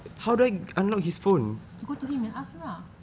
go to him and ask him lah